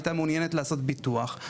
הייתם מעוניינים לעשות ביטוח,